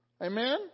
Amen